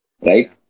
right